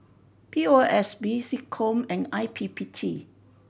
P O S B SecCom and I P P T